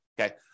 Okay